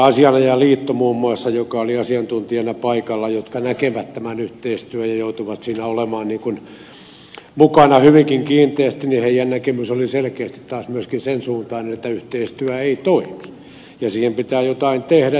myöskin muun muassa asianajajaliiton joka oli asiantuntijana paikalla ja joka näkee tämän yhteistyön ja joutuu siinä olemaan mukana hyvinkin kiinteästi näkemys oli selkeästi sen suuntainen että yhteistyö ei toimi ja sille pitää jotain tehdä